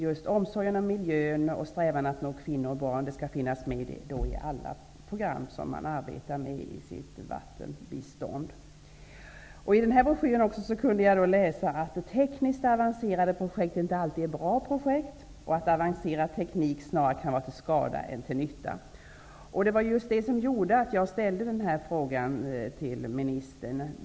Just omsorgen om miljön och strävan att nå kvinnor och barn skall finnas med i alla program som man arbetar med i sitt vattenbistånd. I broschyren kunde jag också läsa att tekniskt avancerade projekt inte alltid är bra projekt och att avancerad teknik snarare kan vara till skada än till nytta. Det var just det som gjorde att jag ställde min fråga till ministern.